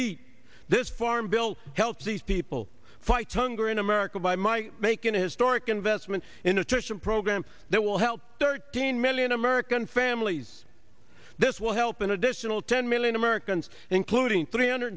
eat this farm bill to help these people fight hunger in america by my make an historic investment in attrition program that will help thirteen million american families this will help an additional ten million americans including three hundred